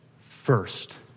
first